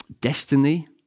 destiny